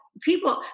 People